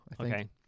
Okay